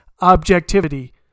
objectivity